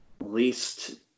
least